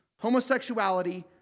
homosexuality